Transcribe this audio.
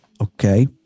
Okay